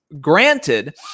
granted